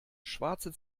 schwarze